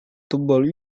tebal